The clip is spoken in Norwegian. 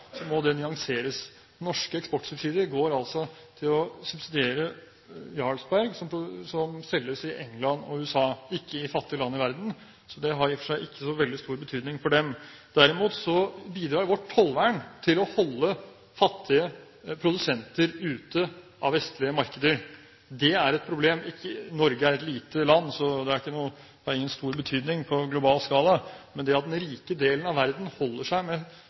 må det nyanseres. Norske eksportsubsidier går til å subsidiere Jarlsberg, som selges i England og USA, ikke i fattige land i verden, så det har i og for seg ikke så veldig stor betydning for dem. Derimot bidrar vårt tollvern til å holde fattige produsenter ute av vestlige markeder. Det er et problem. Norge er et lite land, så det har ingen stor betydning i en global skala, men det at den rike delen av verden holder seg med